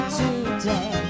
today